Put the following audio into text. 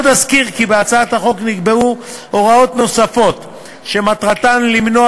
עוד אזכיר כי בהצעת החוק נקבעו הוראות נוספות שמטרתן למנוע